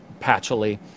patchily